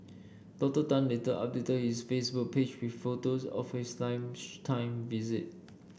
Doctor Tan later updated his Facebook page with photos of his lunchtime visit